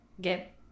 get